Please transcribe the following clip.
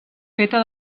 feta